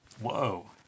Whoa